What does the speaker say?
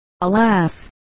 alas